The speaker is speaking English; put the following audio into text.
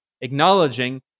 acknowledging